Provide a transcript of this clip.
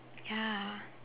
ya